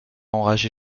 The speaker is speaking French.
enrager